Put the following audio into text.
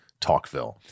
Talkville